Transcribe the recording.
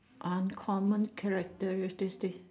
uncommon characteristics